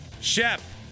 Chef